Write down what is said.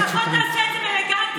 לפחות תעשה את זה באלגנטיות.